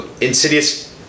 insidious